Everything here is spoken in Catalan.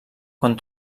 quan